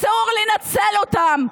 אסור לנצל אותם.